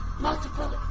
multiple